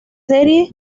series